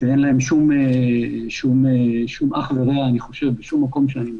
שאין להם שום אח ורע בשום מקום שאני מכיר.